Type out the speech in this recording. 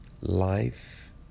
life